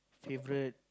favorite